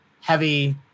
heavy